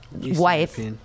wife